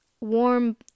warm